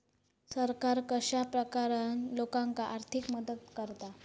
सरकार कश्या प्रकारान लोकांक आर्थिक मदत करता?